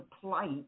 plight